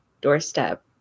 doorstep